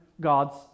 God's